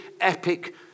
epic